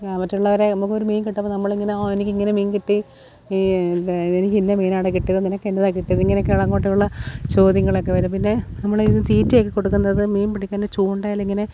ആ മറ്റുള്ളവരെ നമുക്കൊരു മീൻ കിട്ടുമ്പോൾ നമ്മളിങ്ങനെ ആ എനിക്കിങ്ങനെ മീൻ കിട്ടി ഈ എനിക്ക് ഇന്ന മീൻ ആണെടാ കിട്ടിയത് നിനക്ക് എന്താ കിട്ടിയത് ഇങ്ങനെയൊക്കെയുള്ള അങ്ങോട്ടുമുള്ള ചോദ്യങ്ങൾ ഒക്കെ വരും പിന്നെ നമ്മൾ ഇതിന് തീറ്റയൊക്കെ കൊടുക്കുന്നത് മീൻ പിടിക്കുന്ന ചൂണ്ടയിലിങ്ങനെ